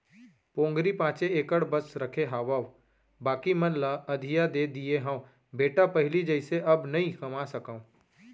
पोगरी पॉंचे एकड़ बस रखे हावव बाकी मन ल अधिया दे दिये हँव बेटा पहिली जइसे अब नइ कमा सकव